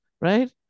Right